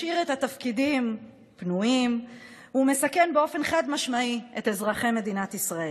משאיר את התפקידים פנויים ומסכן באופן חד-משמעי את אזרחי מדינת ישראל.